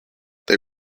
they